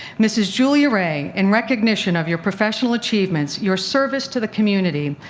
mrs. julia ray, in recognition of your professional achievements, your service to the community,